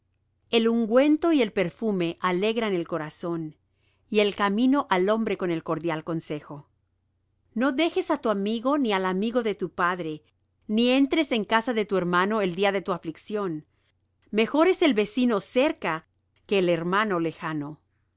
el ungüento y el perfume alegran el corazón y el amigo al hombre con el cordial consejo no dejes á tu amigo ni al amigo de tu padre ni entres en casa de tu hermano el día de tu aflicción mejor es el vecino cerca que el hermano lejano